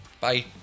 Bye